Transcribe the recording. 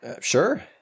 Sure